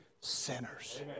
sinners